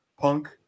Punk